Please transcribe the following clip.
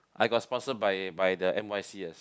I got sponsored by by the N_Y_C_S